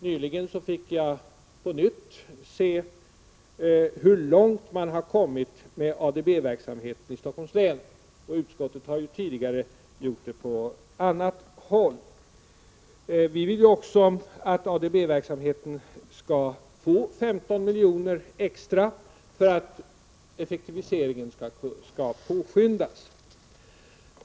Nyligen fick jag på nytt se hur långt man kommit med ADB-verksamheten i Stockholms län, och utskottet har tidigare sett detta på annat håll. Vi vill också att ADB-verksamheten skall få 15 milj.kr. extra för att effektiviseringen skall påskyndas.